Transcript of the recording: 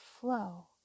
flow